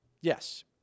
Yes